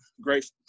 great